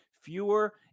fewer